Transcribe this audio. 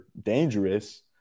dangerous